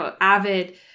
avid